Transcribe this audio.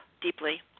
deeply